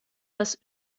das